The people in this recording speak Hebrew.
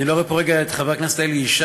אני לא רואה פה כרגע את חבר הכנסת אלי ישי.